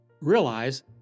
Realize